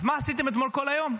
אז מה עשיתם אתמול כל היום?